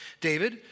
David